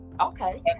Okay